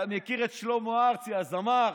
אתה מכיר את שלמה ארצי הזמר,